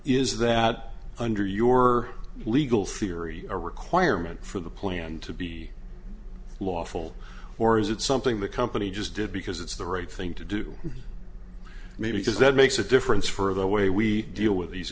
is that under your legal theory a requirement for the plan to be lawful or is it something the company just did because it's the right thing to do maybe because that makes a difference for the way we deal with these